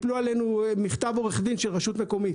שייפלו עלינו עם מכתב עורך דין של רשות מקומית.